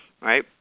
right